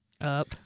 Up